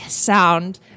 Sound